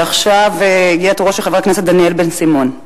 עכשיו הגיע תורו של חבר הכנסת דניאל בן-סימון.